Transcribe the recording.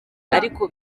ariko